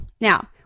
Now